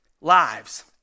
lives